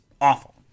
awful